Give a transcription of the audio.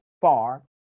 far